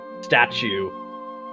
statue